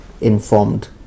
informed